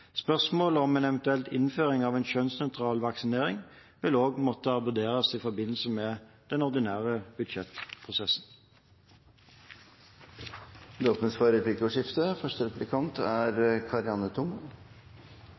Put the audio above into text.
Spørsmålet om en eventuell innføring av kjønnsnøytral vaksinering vil også måtte vurderes i forbindelse med den ordinære budsjettprosessen. Det blir replikkordskifte. Jeg vil takke statsråden for